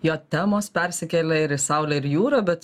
jo temos persikėlė ir į saulę ir jūrą bet